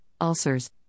ulcers